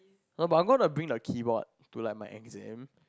no but I'm going to bring the keyboard to like my exam